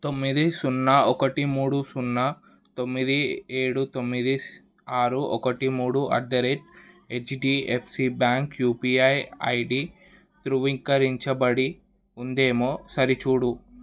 తొమ్మిది సున్నా ఒకటి మూడు సున్నా తొమ్మిది ఏడు తొమ్మిది ఆరు ఒకటి మూడు at the rate HDFC bank UPI ID ధృవీకరించబడి ఉందేమో సరిచూడు